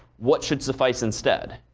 what should suffice instead